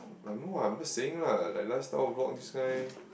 I'm not I'm just saying lah like last time vlog this kind